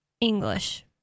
English